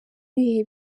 ibihe